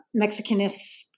Mexicanists